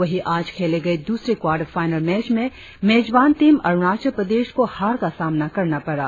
वहीं आज खेले गए द्रसरे क्वाटर फाइनल मैच में मेजबान टीम अरुणाचल प्रदेश को हार का सामना करना पड़ा